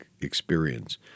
experience